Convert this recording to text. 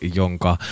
jonka